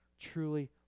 truly